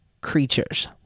creatures